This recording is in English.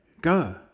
Go